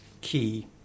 key